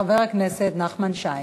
חבר הכנסת נחמן שי.